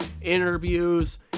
interviews